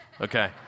Okay